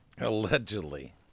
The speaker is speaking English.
Allegedly